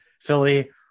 Philly